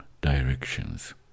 directions